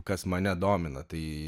kas mane domina tai